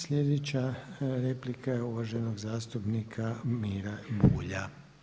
Sljedeća replika je uvaženog zastupnika Mire Bulja.